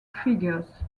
figures